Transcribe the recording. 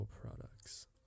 products